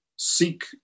seek